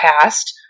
past